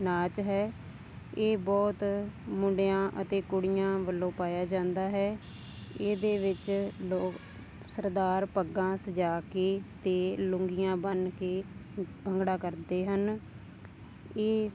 ਨਾਚ ਹੈ ਇਹ ਬਹੁਤ ਮੁੰਡਿਆਂ ਅਤੇ ਕੁੜੀਆਂ ਵੱਲੋਂ ਪਾਇਆ ਜਾਂਦਾ ਹੈ ਇਹਦੇ ਵਿੱਚ ਲੋਕ ਸਰਦਾਰ ਪੱਗਾਂ ਸਜਾ ਕੇ ਅਤੇ ਲੁੰਗੀਆਂ ਬੰਨ ਕੇ ਭੰਗੜਾ ਕਰਦੇ ਹਨ ਇਹ